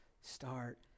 start